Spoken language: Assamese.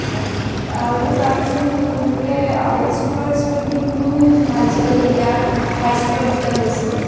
আৰু তাৰপিছত মোৰ ক'বলৈ গ'লে আৰু স্কুলৰ স্মৃতিখিনিও ভাল স্কুলত যেতিয়া হাইস্কুলত যেতিয়া গৈছিলোঁ